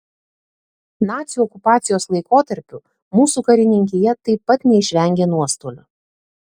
nacių okupacijos laikotarpiu mūsų karininkija taip pat neišvengė nuostolių